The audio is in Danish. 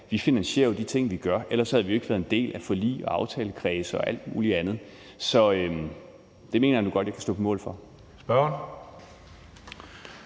finansierer de ting, vi gør. Ellers havde vi jo ikke været en del af forlig og aftalekredse og alt muligt andet. Så det mener jeg nu godt jeg kan stå på mål for. Kl.